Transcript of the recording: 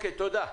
תודה.